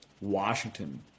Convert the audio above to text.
Washington